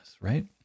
right